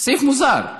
סעיף מוזר: